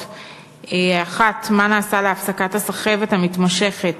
1. מה נעשה להפסקת הסחבת המתמשכת